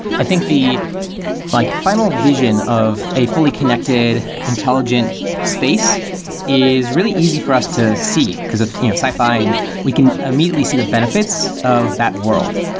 i think the like final vision of a fully connected intelligent space is really easy for us to see, because of sci-fi, and we can immediately see the benefits of that world.